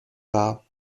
dar